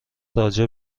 راجع